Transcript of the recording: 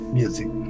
music